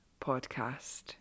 podcast